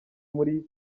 muri